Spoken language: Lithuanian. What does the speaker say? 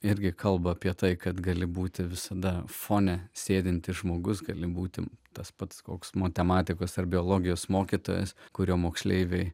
irgi kalba apie tai kad gali būti visada fone sėdintis žmogus gali būti tas pats koks matematikos ar biologijos mokytojas kurio moksleiviai